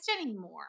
anymore